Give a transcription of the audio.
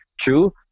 true